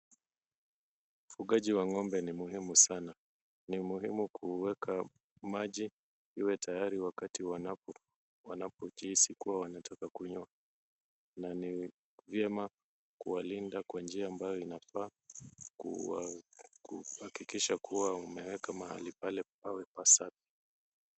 Ufugaji wa ng'ombe ni muhimu sana. Ni muhimu kuweka maji iwe tayari wakati wanapojihisi kuwa wanataka kunywa na ni vyema kuwalinda kwa njia ambayo inafaa kuhakikisha kuwa umeweka mahali pale pawe pasafi.